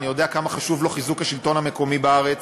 אני יודע כמה חשוב לו חיזוק השלטון המקומי בארץ,